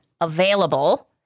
Available